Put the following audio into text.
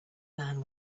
man